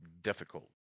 difficult